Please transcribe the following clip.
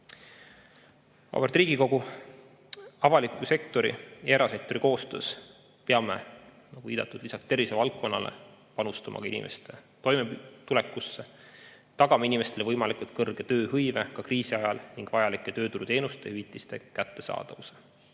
Auväärt Riigikogu! Avaliku sektori ja erasektori koostöös peame lisaks viidatud tervishoiuvaldkonnale panustama inimeste toimetulekusse, tagama inimestele võimalikult kõrge tööhõive ka kriisi ajal ning vajalike tööturuteenuste ja hüvitiste kättesaadavuse.